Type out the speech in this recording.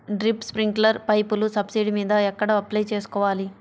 Drip, స్ప్రింకర్లు పైపులు subsidy మీద ఎక్కడ అప్లై చేసుకోవాలి?